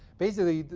basically,